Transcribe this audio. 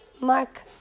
Mark